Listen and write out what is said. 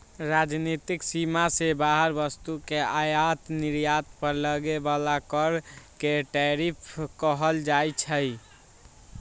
राजनीतिक सीमा से बाहर वस्तु के आयात निर्यात पर लगे बला कर के टैरिफ कहल जाइ छइ